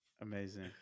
amazing